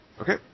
Okay